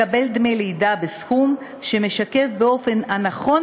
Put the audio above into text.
לקבל דמי לידה בסכום שמשקף באופן הנכון